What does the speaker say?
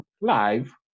live